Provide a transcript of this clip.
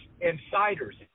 insiders